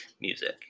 music